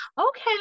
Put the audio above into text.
okay